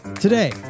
today